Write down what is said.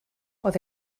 oedd